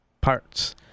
parts